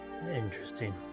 interesting